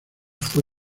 fue